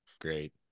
Great